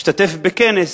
השתתף בכנס.